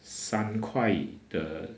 三块的